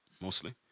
mostly